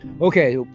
Okay